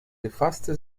befasste